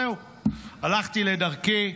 זהו, הלכתי לדרכי.